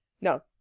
No